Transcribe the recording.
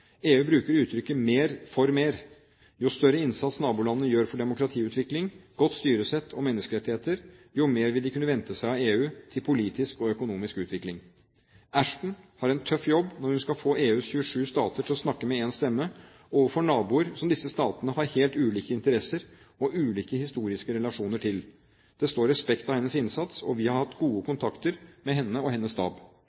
EU bruker uttrykket «mer for mer»: jo større innsats nabolandene gjør for demokratiutvikling, godt styresett og menneskerettigheter, jo mer vil de kunne vente seg av EU til politisk og økonomisk utvikling. Ashton har en tøff jobb når hun skal få EUs 27 stater til å snakke med én stemme overfor naboer som disse statene har ulike historiske relasjoner til, og som har helt ulike interesser. Det står respekt av hennes innsats, og vi har hatt gode